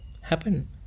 happen